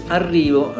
arrivo